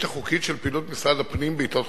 החוקית של פעילות משרד הפנים בעתות חירום.